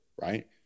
right